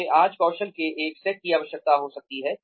मुझे आज कौशल के एक सेट की आवश्यकता हो सकती है